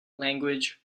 language